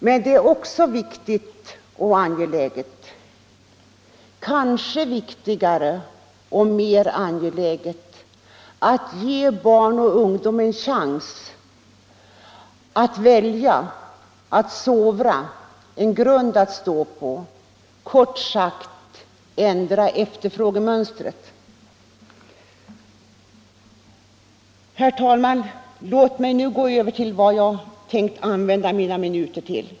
Men det är också viktigt och angeläget — kanske viktigare och mer angeläget — att ge barn och ungdom en chans att välja, att sovra, att ge dem en grund att stå på, kort sagt att ändra efterfrågemönstret. Herr talman! Jag övergår nu till det som jag hade tänkt använda mina minuter till.